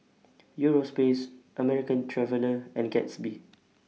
Europace American Traveller and Gatsby